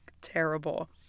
terrible